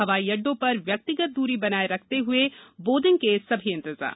हवाई अड्डो पर व्यक्तिगत द्ररी बनाए रखते हए बोर्डिंग के सभी इंतजाम